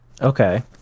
Okay